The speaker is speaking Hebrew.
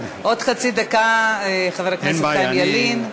עוד חצי דקה, חבר הכנסת חיים ילין.